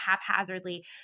haphazardly